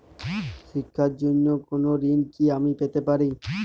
শিক্ষার জন্য কোনো ঋণ কি আমি পেতে পারি?